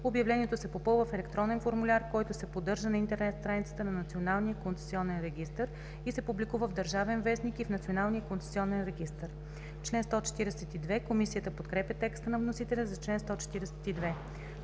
обявлението се попълва в електронен формуляр, който се поддържа на интернет страницата на Националния концесионен регистър и се публикува в „Държавен вестник” и в Националния концесионен регистър.“ Комисията подкрепя текста на вносителя за чл. 142.